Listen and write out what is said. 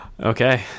okay